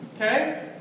Okay